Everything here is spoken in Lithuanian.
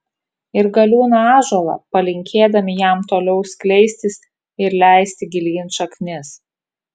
ir galiūną ąžuolą palinkėdami jam toliau skleistis ir leisti gilyn šaknis